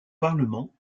parlement